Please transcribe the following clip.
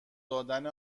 دادن